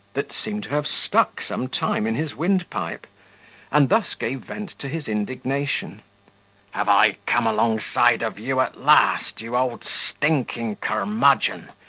that seemed to have stuck some time in his windpipe and thus gave vent to his indignation have i come alongside of you at last, you old stinking curmudgeon?